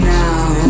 now